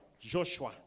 Joshua